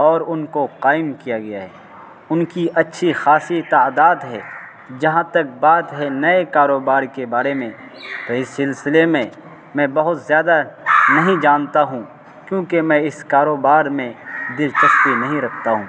اور ان کو قائم کیا گیا ہے ان کی اچھی خاصی تعداد ہے جہاں تک بات ہے نئے کاروبار کے بارے میں اس سلسلے میں میں بہت زیادہ نہیں جانتا ہوں کیونکہ میں اس کاروبار میں دلچسپی نہیں رکھتا ہوں